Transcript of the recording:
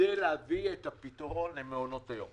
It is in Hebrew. כדי להביא את הפתרון למעונות היום.